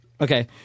okay